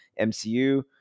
MCU